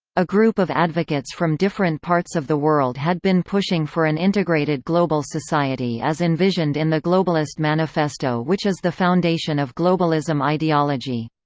a group of advocates from different parts of the world had been pushing for an integrated global society as envisioned in the globalist manifesto which is the foundation of globalism ideology.